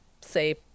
say